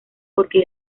porque